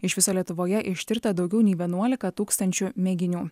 iš viso lietuvoje ištirta daugiau nei vienuolika tūkstančių mėginių